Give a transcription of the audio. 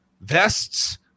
Vests